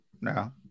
no